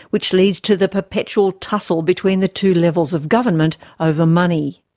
which leads to the perpetual tussle between the two levels of government over money.